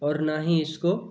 और ना ही इसको